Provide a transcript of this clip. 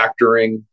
factoring